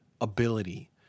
ability